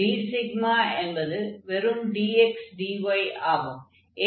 dσ என்பது வெறும் dx dy ஆகும்